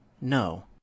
no